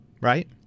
right